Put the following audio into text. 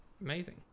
amazing